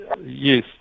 Yes